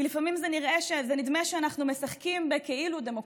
כי לפעמים זה נדמה שאנחנו משחקים בכאילו-דמוקרטיה,